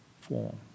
form